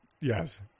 Yes